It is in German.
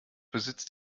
besitzt